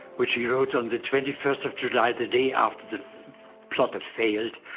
which he wrote on the twenty first of july, the day after the plot had failed,